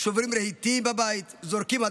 שוברים רהיטים בבית, זורקים עציצים,